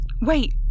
Wait